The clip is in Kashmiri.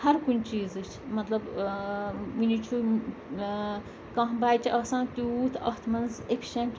ہَر کُنہِ چیٖزٕچ مطلب وٕنہِ چھُ کانٛہہ بَچہِ آسان تیوٗت اَتھ منٛز ایٚفشنٛٹ